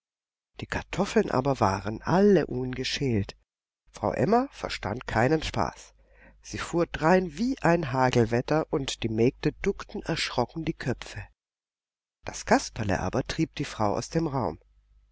die kartoffeln aber waren alle ungeschält frau emma verstand keinen spaß sie fuhr drein wie ein hagelwetter und die mägde duckten erschrocken die köpfe das kasperle aber trieb die frau aus dem raum